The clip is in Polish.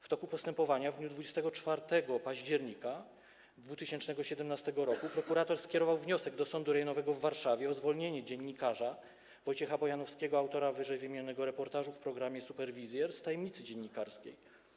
W toku postępowania w dniu 24 października 2017 r. prokurator skierował wniosek do Sądu Rejonowego w Warszawie o zwolnienie dziennikarza Wojciecha Bojanowskiego, autora ww. reportażu w programie „Superwizjer”, z tajemnicy dziennikarskiej.